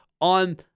on